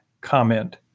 comment